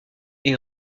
est